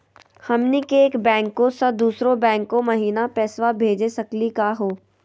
हमनी के एक बैंको स दुसरो बैंको महिना पैसवा भेज सकली का हो?